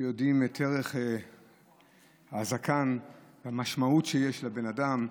את ערך הזקן, והמשמעות שיש לבן אדם,